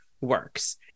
Works